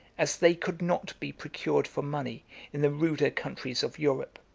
as they could not be procured for money in the ruder countries of europe.